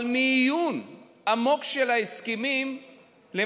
אבל מעיון עמוק בהסכמים עולה,